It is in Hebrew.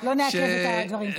לא נעכב את הדברים פה.